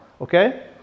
Okay